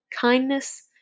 kindness